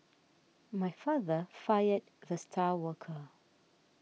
my father fired the star worker